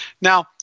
Now